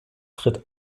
tritt